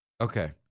Okay